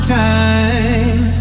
time